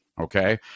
okay